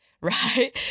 right